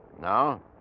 No